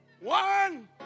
One